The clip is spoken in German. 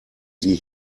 sie